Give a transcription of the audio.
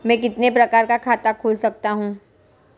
मैं कितने प्रकार का खाता खोल सकता हूँ?